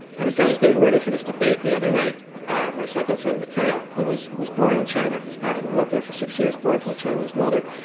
and as i was getting ready for this debate the other night my second son, mateo, who was was born in china and grew up there for six years, born to a chinese mother,